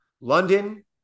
London